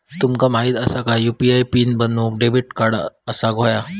तुमका माहित असा काय की यू.पी.आय पीन बनवूक डेबिट कार्ड असाक व्हयो